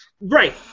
Right